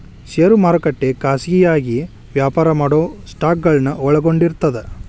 ಷೇರು ಮಾರುಕಟ್ಟೆ ಖಾಸಗಿಯಾಗಿ ವ್ಯಾಪಾರ ಮಾಡೊ ಸ್ಟಾಕ್ಗಳನ್ನ ಒಳಗೊಂಡಿರ್ತದ